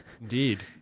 Indeed